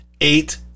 eight